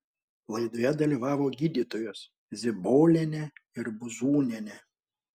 laidoje dalyvavo gydytojos zibolienė ir buzūnienė